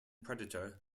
predator